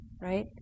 right